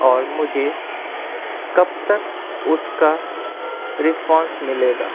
اور مجھے کب تک اس کا رسپانس ملے گا